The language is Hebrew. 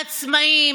העצמאים,